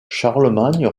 charlemagne